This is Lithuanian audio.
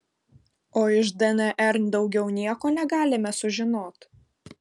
o iš dnr daugiau nieko negalime sužinot